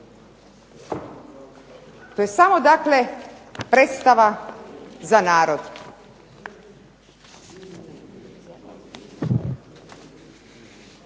To je samo dakle predstava za narod.